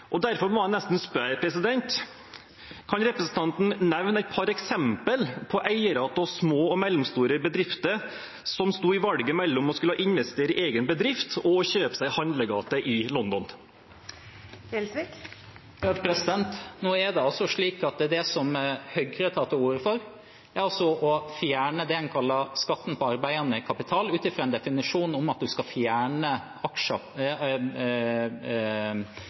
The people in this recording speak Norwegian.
Derfor må jeg nesten spørre: Kan representanten nevne et par eksempel på eiere av små og mellomstore bedrifter som sto i valget mellom å skulle investere i egen bedrift og å kjøpe seg en handlegate i London? Det Høyre tar til orde for, er å fjerne det en kaller skatten på arbeidende kapital ut fra en definisjon om at man skal fjerne formuesskatten på alle aksjer.